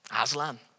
aslan